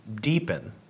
deepen